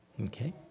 Okay